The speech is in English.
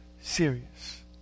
serious